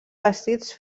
vestits